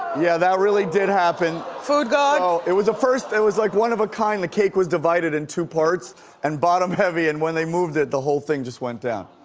yeah, that really did happen. foodgod so, it was a first, it was like, one of a kind. the cake was divided in two parts and bottom heavy, and when they moved it, the whole thing just went down.